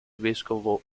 vescovo